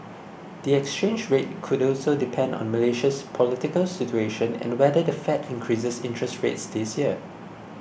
the exchange rate could also depend on Malaysia's political situation and whether the Fed increases interest rates this year